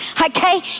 okay